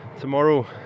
tomorrow